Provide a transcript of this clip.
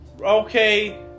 okay